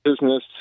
business